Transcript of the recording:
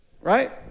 right